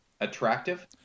Attractive